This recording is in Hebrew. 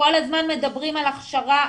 כל הזמן מדברים על הכשרה,